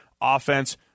offense